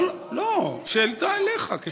לא, שאלתה אליך, כשר.